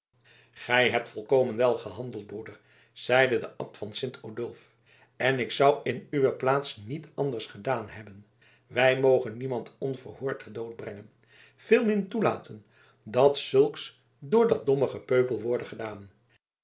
gij hebt volkomen wel gehandeld broeder zeide de abt van sint odulf en ik zou in uwe plaats niet anders gedaan hebben wij mogen niemand onverhoord ter dood brengen veelmin toelaten dat zulks door dat domme gepeupel worde gedaan